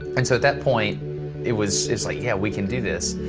and so at that point it was like, yeah we can do this.